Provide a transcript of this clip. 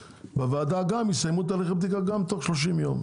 בוועדה גם יסיימו את התהליך הבדיקה גם תוך שלושים יום,